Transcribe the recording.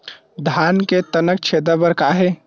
धान के तनक छेदा बर का हे?